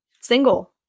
single